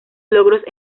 logros